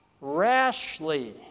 rashly